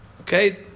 Okay